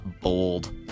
bold